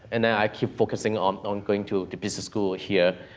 and then i keep focusing on on going to to business school here,